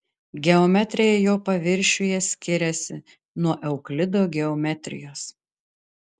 geometrija jo paviršiuje skiriasi nuo euklido geometrijos